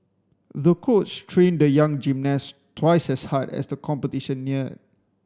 the coach trained the young gymnast twice as hard as the competition neared